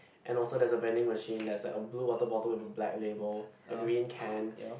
and also there's a vending machine there's like a blue water bottle with a black label a green can